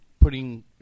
putting